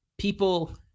people